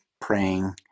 praying